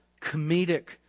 comedic